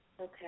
Okay